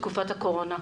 בתקופת הקורונה?